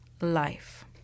life